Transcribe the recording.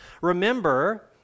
Remember